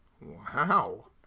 Wow